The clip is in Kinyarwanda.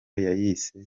yayise